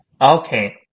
Okay